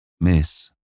Miss